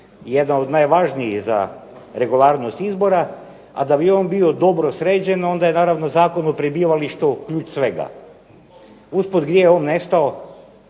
jedan od najvažnijih za regularnost izbora, a da bi bio on dobro sređen onda je naravno Zakon o prebivalištu ključ svega. Usput gdje je on nestao?